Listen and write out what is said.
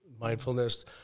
mindfulness